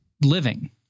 living